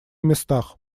местах